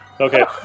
Okay